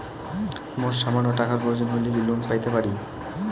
মোর সামান্য টাকার প্রয়োজন হইলে কি লোন পাইতে পারি?